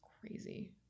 crazy